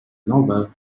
novel